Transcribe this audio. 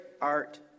art